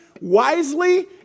wisely